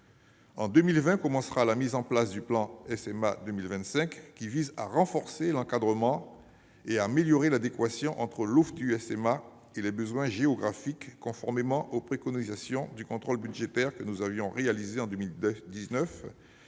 2020 verra la mise en place du plan SMA 2025, qui vise à renforcer l'encadrement et à améliorer l'adéquation entre l'offre du SMA et les besoins géographiques, conformément aux préconisations que Nuihau Laurey et moi avions formulées à